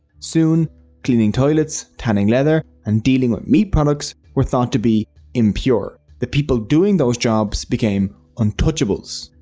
soon cleaning toilets, tanning leather, and dealing with meat products were thought to be impure. the people doing those jobs became untouchables,